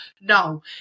No